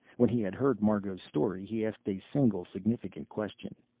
when he had heard margot's story, he asked a single significant question.